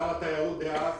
שר התיירות דאז,